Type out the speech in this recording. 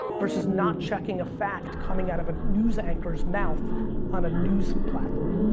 versus not checking a fact coming out of a news anchor's mouth on a news platform.